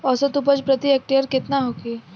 औसत उपज प्रति हेक्टेयर केतना होखे?